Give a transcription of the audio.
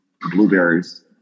blueberries